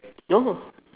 no no